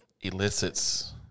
elicits